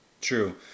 True